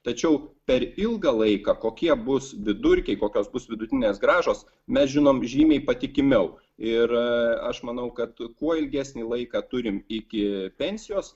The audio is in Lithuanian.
tačiau per ilgą laiką kokie bus vidurkiai kokios bus vidutinės grąžos mes žinom žymiai patikimiau ir aš manau kad kuo ilgesnį laiką turim iki pensijos